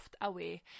away